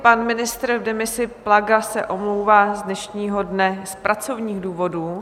Pan ministr v demisi Plaga se omlouvá z dnešního dne z pracovních důvodů.